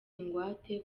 ingwate